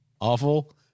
awful